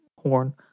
horn